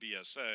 BSA